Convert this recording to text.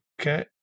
Okay